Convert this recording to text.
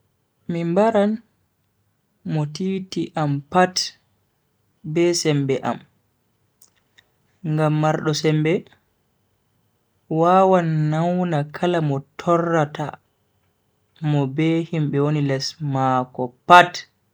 Mi mbaran mo titi am pat be sembe am, ngam mardo sembe wawan nauna kala mo torrata mo be himbe woni les mako pat.